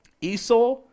Esau